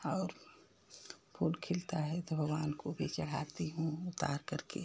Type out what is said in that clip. और फूल खिलता है तो भगवान को भी चढ़ाती हूँ उतारकर के